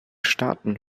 staaten